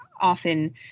often